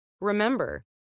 remember